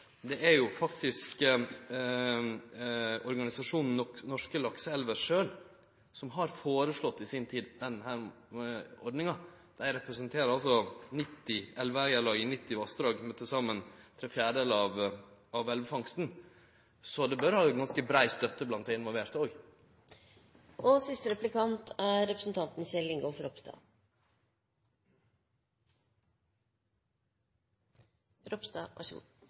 det var organisasjonen Norske lakseelver sjølv som i si tid foreslo denne ordninga. Dei representerer elveeigarlag i 90 vassdrag med til saman tre fjerdedelar av elvefangsten, så det bør òg ha ganske brei støtte blant dei involverte. Jeg kan gi min tilslutning til at man ikke trenger inngrep i tide og utide, så